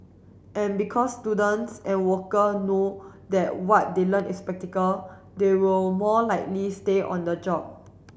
and because students and worker know that what they learn is practical they will more likely stay on the job